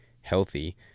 healthy